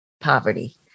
poverty